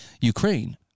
Ukraine